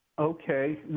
Okay